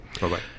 Bye-bye